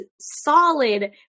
solid